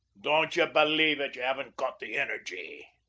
don't ye believe it ye aven't got the energy.